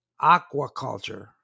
aquaculture